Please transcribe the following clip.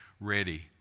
ready